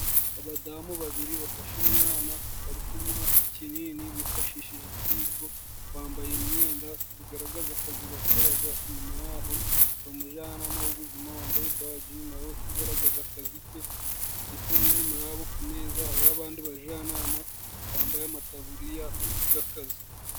Abadamu babiri bafashe umwana bari kumuha ikinini bifashishije ikiyiko bambaye imyenda zigaragaza akazi bakoraga , inyuma yaho hari umujanama w'ubuzima wambaye baji nawe ugaragaza akazi ke ndetse n' inyuma yabo ku meza hariho abandi bajanama bambaye amataburiya g'akazi.